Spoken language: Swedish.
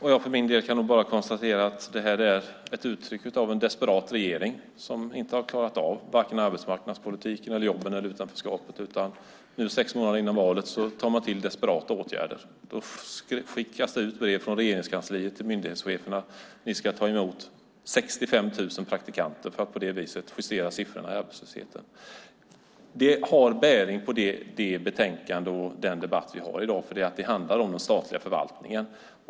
Herr talman! Jag kan bara konstatera att det här är ett uttryck av en desperat regering som inte har klarat av vare sig arbetsmarknadspolitiken, jobben eller utanförskapet. Nu sex månader före valet tar man till desperata åtgärder. Det skickas brev från Regeringskansliet till myndighetscheferna om att de ska ta emot 65 000 praktikanter för att på det viset justera siffrorna i arbetslösheten. Det har bäring på det här betänkandet och dagens debatt. Det handlar om den statliga förvaltningen.